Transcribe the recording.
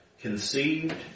conceived